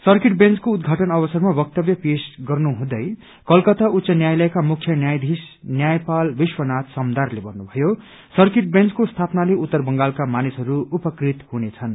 circuit बेन्चको उद्घाटन अवसरमा वक्तव्य पेश गर्नुहँदै कलकता उच्च न्यायालयका मुख्य न्यायाधीश न्यायपाल विश्वनाथ समदारले भन्नुभयो सर्किट बेन्चको स्थापनाले उत्तर बंगालका मानिसहरू उपकृत हुनेछन्